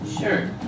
Sure